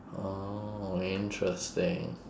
oh interesting